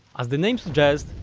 as the name suggests,